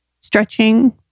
Stretching